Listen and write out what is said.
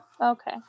Okay